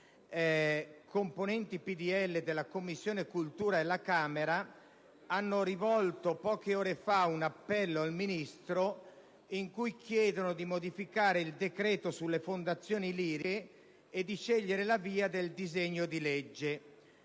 componenti del PDL della Commissione cultura, poche ore fa hanno rivolto un appello al Ministro, con il quale chiedono di modificare il decreto sulle fondazioni liriche e di scegliere la via del disegno di legge.